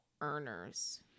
earners